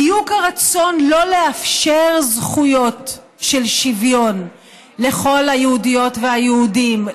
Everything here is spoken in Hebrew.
בדיוק הרצון לא לאפשר זכויות של שוויון לכל היהודיות והיהודים,